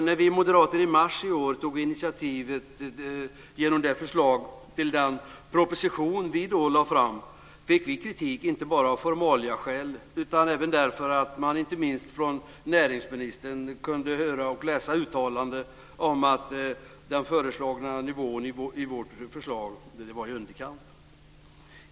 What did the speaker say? När vi moderater i mars i år tog initiativet genom det förslag till proposition vi då lade fram fick vi kritik, inte bara av formaliaskäl utan även därför att man inte minst från näringsministern kunde höra och läsa uttalanden om att den föreslagna nivån i vårt förslag var i underkant.